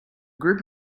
group